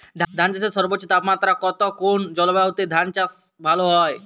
ধান চাষে সর্বোচ্চ তাপমাত্রা কত কোন জলবায়ুতে ধান চাষ ভালো হয়?